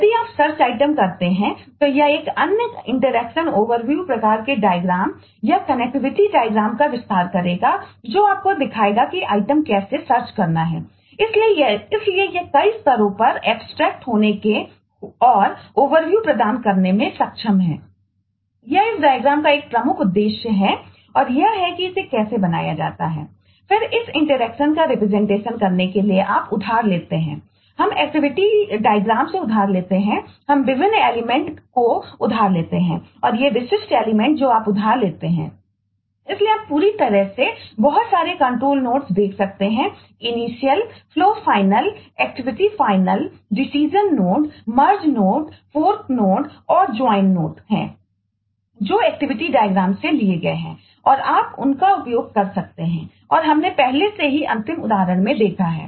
यदि आप search item का एक प्रमुख उद्देश्य है और यह है कि इसे कैसे बनाया जाता है फिर इस इंटरेक्शन का उपयोग देखा है